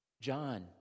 John